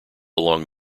along